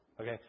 Okay